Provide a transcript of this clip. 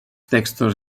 textos